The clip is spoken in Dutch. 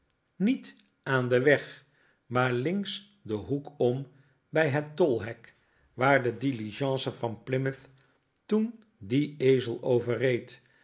niet aan den weg maar links den hoek om bij het tolhek waar de diligence van plymouth toen dien ezel